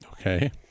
Okay